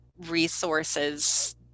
resources